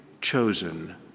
chosen